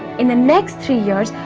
in the next three years,